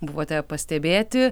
buvote pastebėti